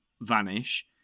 vanish